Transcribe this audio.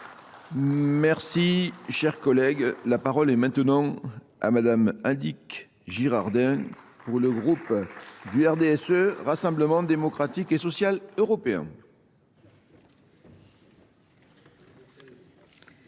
Merci, chers collègues. La parole est maintenant à madame Indique Girardin pour le groupe du RDSE Rassemblement Démocratique et Social Européen. C'est